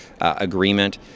agreement